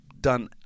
done